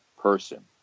person